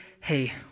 hey